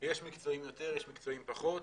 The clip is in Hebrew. יש מקצועיים יותר ויש מקצועיים פחות.